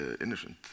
innocent